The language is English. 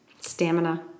Stamina